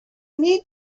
need